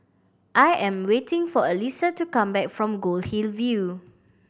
I am waiting for Elisa to come back from Goldhill View